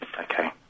Okay